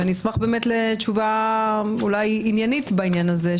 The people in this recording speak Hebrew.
ואני אשמח לתשובה אולי עניינית בעניין הזה,